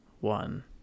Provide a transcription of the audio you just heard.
one